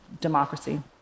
democracy